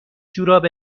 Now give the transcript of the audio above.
جوراب